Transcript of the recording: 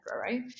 right